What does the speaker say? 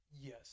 yes